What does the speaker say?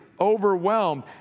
Overwhelmed